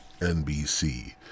NBC